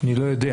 אני לא יודע.